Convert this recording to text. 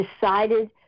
decided